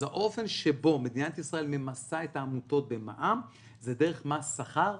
אז האופן שבו מדינת ישראל ממסה את העמותות במע"מ זה דרך מס שכר,